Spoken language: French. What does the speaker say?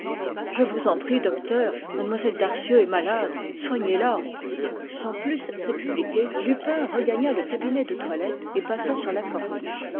je vous en prie docteur mlle darcieux est malade soignez la sans plus s'expliquer lupin regagna le cabinet de toilette et passa sur la corniche